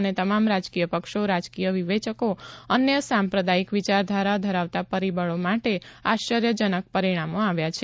અને તમામ રાજકીય પક્ષો રાજકીય વિવેચકો અને અન્ય સાંપ્રદાયિક વિચારધારા ધરાવતા પરિબળો માટે આશ્રર્યજનક પરિણામો આવ્યાં છે